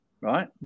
right